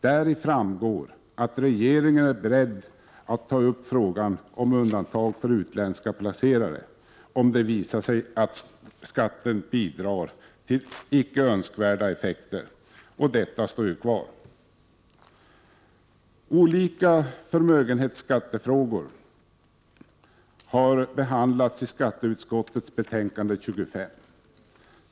Därav framgår att regeringen är beredd att ta upp frågan om undantag för utländska placerare om det visar sig att skatten bidrar till icke önskvärda effekter, och detta uttalande står kvar. Olika frågor i förmögenhetsskattehänseende har behandlats i skatteutskottets betänkande 1987/88:25.